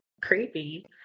creepy